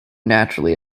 naturally